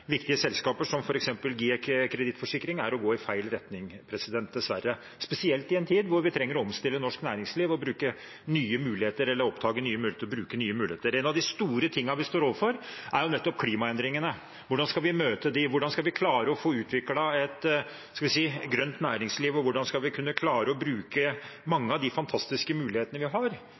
viktige selskaper som f.eks. GIEK Kredittforsikring dessverre er å gå i feil retning, spesielt i en tid hvor vi trenger å omstille norsk næringsliv og bruke nye muligheter – eller oppdage nye muligheter til å bruke nye muligheter. En av de store tingene vi står overfor, er jo klimaendringene. Hvordan skal vi møte dem, hvordan skal vi klare å få utviklet et, skal vi si, grønt næringsliv, og hvordan skal vi kunne klare å bruke mange av de fantastiske mulighetene vi har,